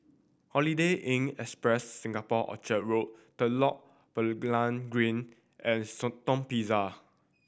Holiday Inn Express Singapore Orchard Road Telok Blangah Green and Shenton Plaza